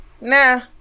nah